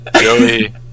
Joey